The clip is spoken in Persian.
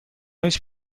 هیچ